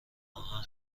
آهن